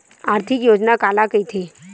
आर्थिक योजना काला कइथे?